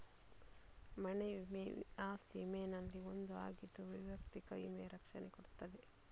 ಮನೆ ವಿಮೆ ಅಸ್ತಿ ವಿಮೆನಲ್ಲಿ ಒಂದು ಆಗಿದ್ದು ವೈಯಕ್ತಿಕ ವಿಮೆಯ ರಕ್ಷಣೆ ಕೊಡ್ತದೆ